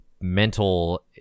mental